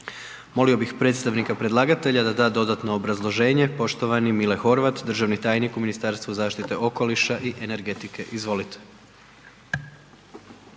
Molimo bih predstavnika predlagatelja da da dodatno obrazloženje, poštovani Mile Horvat, državni tajnik u Ministarstvu zaštite okoliša i energetike. Izvolite.